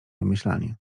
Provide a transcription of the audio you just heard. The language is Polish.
wymyślanie